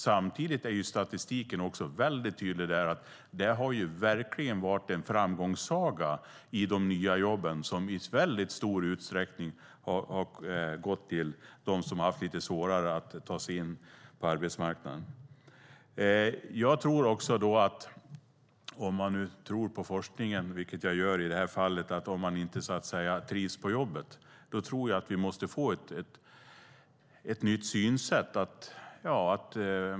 Samtidigt visar statistiken tydligt att det verkligen har varit en framgångssaga med de nya jobben, som i mycket stor utsträckning har gått till dem som haft lite svårare att ta sig in på arbetsmarknaden. Om man nu tror på forskningen, vilket jag gör i det här fallet, tror jag att vi måste få ett nytt synsätt när det gäller trivsel på jobbet.